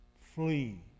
flee